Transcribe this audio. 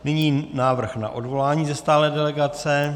Nyní návrh na odvolání ze stálé delegace.